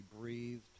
breathed